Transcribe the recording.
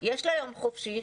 יש לה יום חופשי,